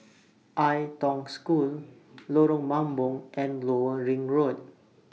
Ai Tong School Lorong Mambong and Lower Ring Road